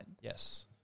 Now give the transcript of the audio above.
yes